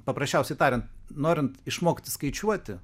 paprasčiausiai tariant norint išmokti skaičiuoti